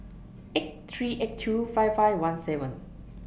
eight three eight two five five one seven